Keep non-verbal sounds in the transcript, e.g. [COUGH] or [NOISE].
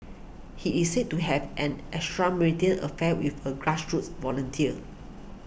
he is said to have an [UNINTELLIGIBLE] affair with a grassroots volunteer